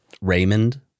Raymond